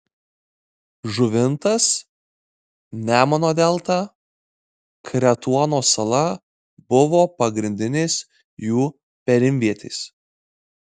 žuvintas nemuno delta kretuono sala buvo pagrindinės jų perimvietės